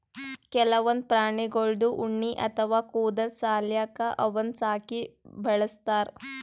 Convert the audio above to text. ಕೆಲವೊಂದ್ ಪ್ರಾಣಿಗಳ್ದು ಉಣ್ಣಿ ಅಥವಾ ಕೂದಲ್ ಸಲ್ಯಾಕ ಅವನ್ನ್ ಸಾಕಿ ಬೆಳಸ್ತಾರ್